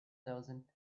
thousand